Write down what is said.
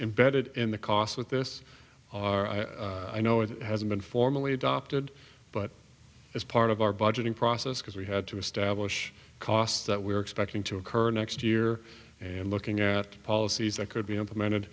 embedded in the cost with this our i know it has been formally adopted but as part of our budgeting process because we had to establish costs that we're expecting to occur next year and looking at policies that could be implemented